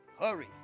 Hurry